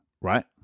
right